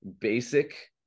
basic